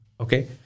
Okay